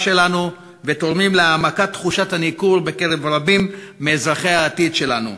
שלנו ותורמים להעמקת תחושת הניכור בקרב רבים מאזרחי העתיד שלנו.